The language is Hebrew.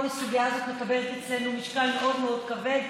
כל הסוגיה הזאת מקבלת אצלנו משקל מאוד מאוד כבד,